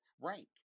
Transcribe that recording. rank